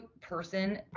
person